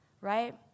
right